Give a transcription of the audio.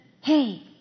hey